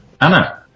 Anna